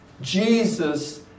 Jesus